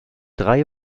drei